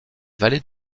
vallée